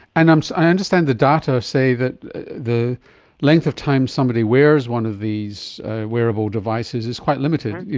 and um so i understand the data say that the length of time somebody wears one of these wearable devices is quite limited,